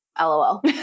LOL